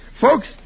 Folks